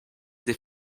des